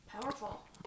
powerful